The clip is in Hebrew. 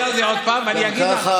תחזרי על זה עוד פעם ואני אגיד לך.